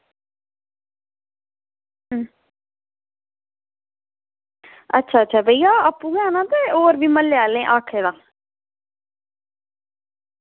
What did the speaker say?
अच्छा अच्छा भैया आपूं गै औना जां होर बी म्हल्लें आह्लें गी आक्खे दा